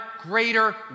greater